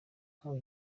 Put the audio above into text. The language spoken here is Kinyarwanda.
nkawe